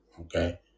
okay